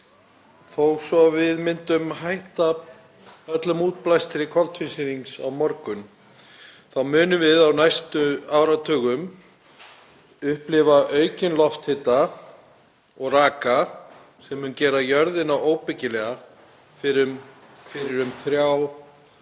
Þó svo að við myndum hætta öllum útblæstri koltvísýrings á morgun þá munum við á næstu áratugum upplifa aukinn lofthita og raka sem mun gera jörðina óbyggilega fyrir um 3